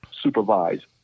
supervise